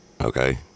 okay